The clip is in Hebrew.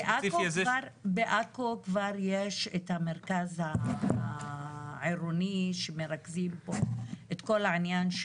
בעכו כבר יש את המרכז העירוני שמרכזים את כל העניין,